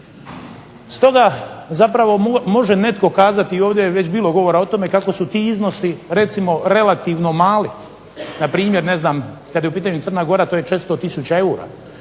Stoga zapravo može netko kazati i ovdje je već bilo govora o tome kako su ti iznosi recimo relativno mali, npr. kad je u pitanju Crna Gora to je 400 000 eura.